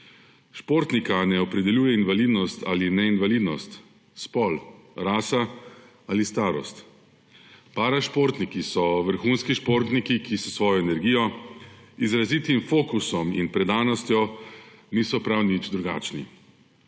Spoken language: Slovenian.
Športnika ne opredeljuje invalidnost ali neinvalidnost, spol, rasa ali starost. Parašportniki so vrhunski športniki, ki s svojo energijo, izrazitim fokusom in predanostjo niso prav nič drugačni.